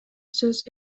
сөз